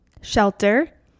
shelter